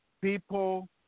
people